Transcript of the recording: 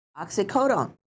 Oxycodone